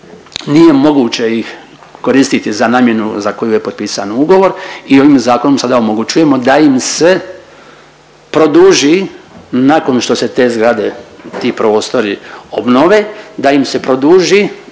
nije moguće ih koristiti za namjenu za koju je potpisan ugovor i ovim zakonom sada omogućujemo da im se produži nakon što se te zgrade, ti prostore obnove, da im se produži